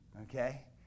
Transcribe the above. Okay